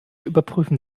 überprüfen